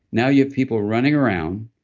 now you have people running around,